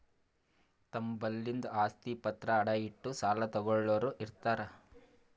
ತಮ್ ಬಲ್ಲಿಂದ್ ಆಸ್ತಿ ಪತ್ರ ಅಡ ಇಟ್ಟು ಸಾಲ ತಗೋಳ್ಳೋರ್ ಇರ್ತಾರ